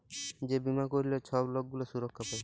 যে বীমা ক্যইরলে ছব লক গুলা সুরক্ষা পায়